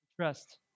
trust